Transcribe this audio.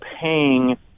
paying